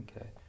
Okay